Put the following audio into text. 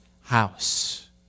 house